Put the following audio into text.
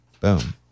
Boom